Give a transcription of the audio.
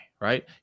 right